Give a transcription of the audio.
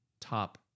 top